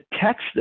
text